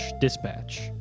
Dispatch